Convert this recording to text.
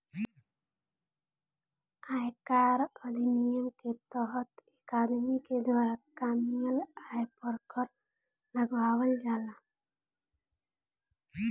आयकर अधिनियम के तहत एक आदमी के द्वारा कामयिल आय पर कर लगावल जाला